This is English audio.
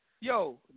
Yo